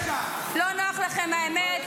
--- לא נוחה לכם האמת,